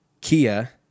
Kia